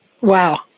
Wow